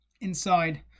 inside